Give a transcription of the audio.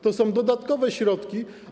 To są dodatkowe środki.